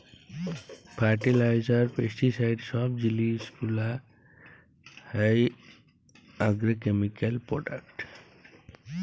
fertiliser, pesticide সব জিলিস গুলা হ্যয় আগ্রকেমিকাল প্রোডাক্ট